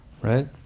right